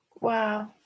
Wow